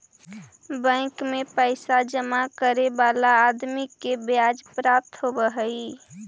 bank में पैसा जमा करे वाला आदमी के ब्याज प्राप्त होवऽ हई